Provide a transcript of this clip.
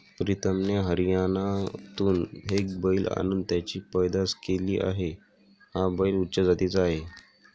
प्रीतमने हरियाणातून एक बैल आणून त्याची पैदास केली आहे, हा बैल उच्च जातीचा आहे